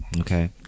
okay